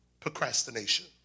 procrastination